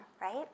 right